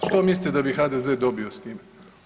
Što mislite da bi HDZ dobio s tim?